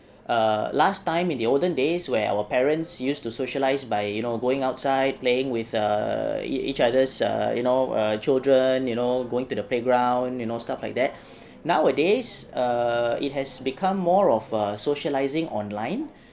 err last time in the olden days where our parents used to socialise by you know going outside playing with err each other's err you know err children you know going to the playground you know stuff like that nowadays err it has become more of err socialising online